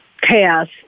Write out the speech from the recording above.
chaos